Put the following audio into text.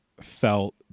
felt